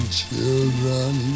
children